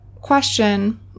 question